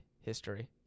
history